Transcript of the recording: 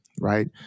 right